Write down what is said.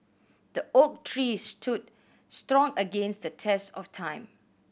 the oak tree stood strong against the test of time